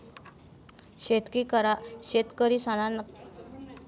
शेतकरीसना करता शेतकरी ट्रॅक्टर योजना, क्रेडिट कार्ड आणि पी.एम शेतकरी सन्मान निधी योजना शेतीस